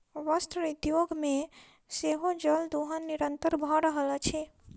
वस्त्र उद्योग मे सेहो जल दोहन निरंतन भ रहल अछि